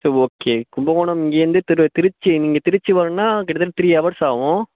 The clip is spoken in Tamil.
சரி ஓகே கும்பகோணம் எந்த தெரு திருச்சி நீங்கள் திருச்சி வரணுமெனா கிட்டத்தட்ட த்ரீ ஹவர்ஸ் ஆகும்